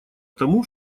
тому